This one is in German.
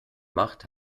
macht